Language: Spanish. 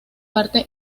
parte